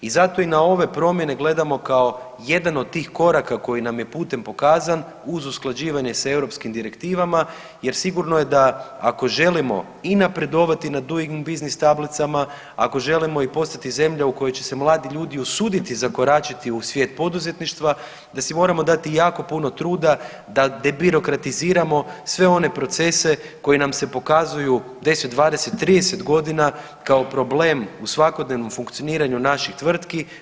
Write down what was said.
I zato i na ove promjene gledamo kao jedan od tih koraka koji nam je putem pokazan uz usklađivanje s europskim direktivama jer sigurno je da ako želimo i napredovati na Duing biznis tablicama, ako želimo i postati zemlja u kojoj će se mladi ljudi usuditi zakoračiti u svijet poduzetništva da si moramo dati jako puno truda da debirokratiziramo sve one procese koji nam se pokazuju 10, 20, 30 godina kao problem u svakodnevnom funkcioniranju naših tvrtki.